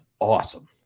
awesome